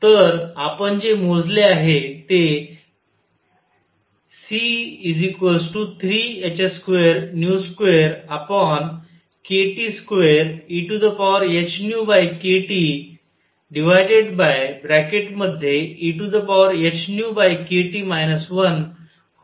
तर आपण जे मोजले आहे ते C 3h22kT2 ehνkTehνkT 12